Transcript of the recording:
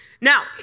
Now